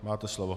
Máte slovo.